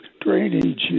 drainage